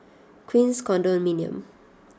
Queens Condominium